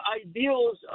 ideals